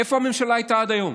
איפה הממשלה הייתה עד היום?